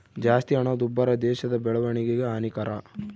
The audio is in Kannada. ಜಾಸ್ತಿ ಹಣದುಬ್ಬರ ದೇಶದ ಬೆಳವಣಿಗೆಗೆ ಹಾನಿಕರ